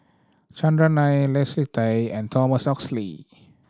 Chandran Nair Leslie Tay and Thomas Oxley